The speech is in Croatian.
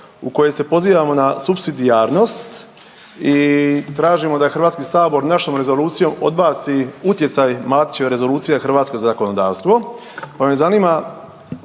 u kojoj se pozivamo na supsidijarnost i tražimo da HS našom rezolucijom odbaci utjecaj Matićeve rezolucije na hrvatsko zakonodavstvo, pa me zanima,